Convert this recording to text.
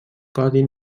codi